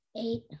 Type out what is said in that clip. Eight